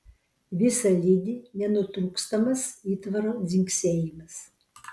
visa lydi nenutrūkstamas įtvaro dzingsėjimas